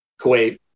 Kuwait